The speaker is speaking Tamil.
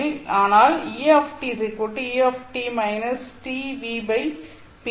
ஆனால் eτ et− Lv ph